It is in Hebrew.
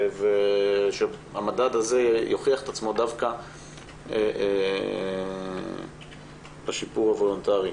ושהמדד הזה יוכיח את עצמו דווקא בשיפור הוולונטרי.